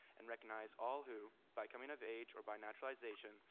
and recognize all who, by coming of age or by naturalization,